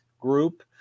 group